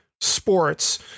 sports